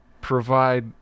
provide